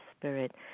spirit